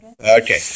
Okay